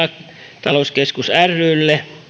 kalatalouskeskus rylle